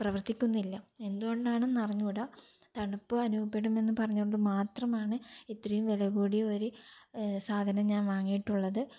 പ്രവര്ത്തിക്കുന്നില്ല എന്തുകൊണ്ടാണെന്ന് അറിഞ്ഞുകൂടാ തണുപ്പനുഭവപ്പെടും എന്നു പറഞ്ഞതുകൊണ്ട് മാത്രമാണ് ഇത്രയും വിലകൂടിയ ഒരു സാധനം ഞാന് വാങ്ങിയിട്ടുള്ളത്